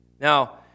Now